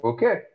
Okay